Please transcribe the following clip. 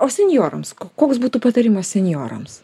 o senjorams koks būtų patarimas senjorams